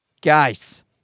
Guys